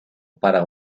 para